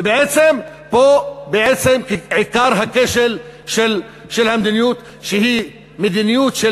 ובעצם פה עיקר הכשל של המדיניות שהיא מדיניות של